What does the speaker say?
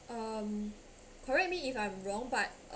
um correct if I am wrong but